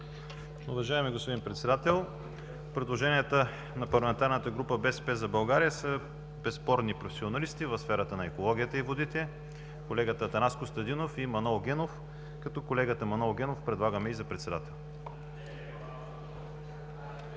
Уважаеми господин Председател! Предложенията на Парламентарната група на БСП за България са за безспорни професионалисти в сферата на екологията и водите – колегата Атанас Костадинов и Манол Генов, като колегата Манол Генов предлагаме и за председател.